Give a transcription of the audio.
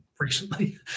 recently